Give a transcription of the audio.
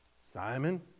Simon